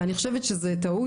אני חושבת שזאת טעות.